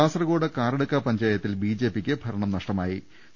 കാസർകോട് കാറടുക്ക പഞ്ചായത്തിൽ ബിജെപിക്ക് ഭരണം നഷ്ട മായി